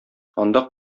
анда